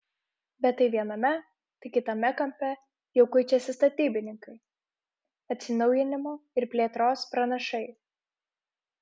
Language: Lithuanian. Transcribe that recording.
bet tai viename tai kitame kampe jau kuičiasi statybininkai atsinaujinimo ir plėtros pranašai